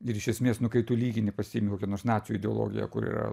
ir iš esmės nu kai tu lygini pasiimi kokią nors nacių ideologiją kuri